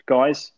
Guys